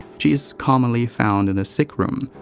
she is commonly found in the sick-room,